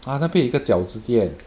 ah 那边有一个饺子店